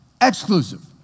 exclusive